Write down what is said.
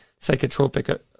psychotropic